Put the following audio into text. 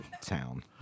town